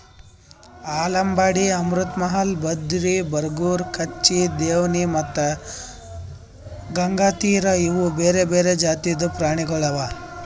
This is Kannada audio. ಆಲಂಬಾಡಿ, ಅಮೃತ್ ಮಹಲ್, ಬದ್ರಿ, ಬರಗೂರು, ಕಚ್ಚಿ, ದೇವ್ನಿ ಮತ್ತ ಗಂಗಾತೀರಿ ಇವು ಬೇರೆ ಬೇರೆ ಜಾತಿದು ಪ್ರಾಣಿಗೊಳ್ ಅವಾ